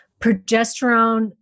Progesterone